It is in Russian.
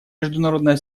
международное